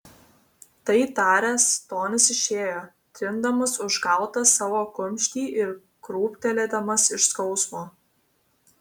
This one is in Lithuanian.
tai taręs tonis išėjo trindamas užgautą savo kumštį ir krūptelėdamas iš skausmo